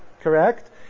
Correct